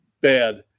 bad